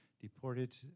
deported